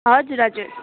हजुर हजुर